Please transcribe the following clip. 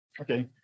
Okay